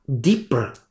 deeper